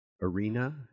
arena